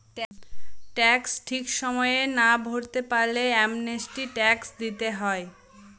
tax ঠিক সময়ে না ভরতে পারলে অ্যামনেস্টি ট্যাক্স দিতে হয়